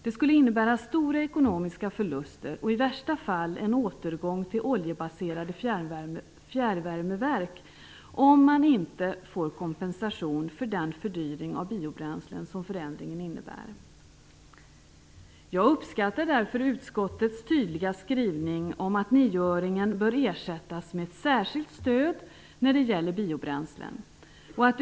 Det skulle innebära stora ekonomiska förluster, och i värsta fall en återgång till oljebaserade fjärrvärmeverk, om man inte får kompensation för den fördyring av biobränslen som förändringen innebär. Jag uppskattar därför utskottets tydliga skrivning om att nioöringen bör ersättas med ett särskilt stöd när det gäller biobränslen.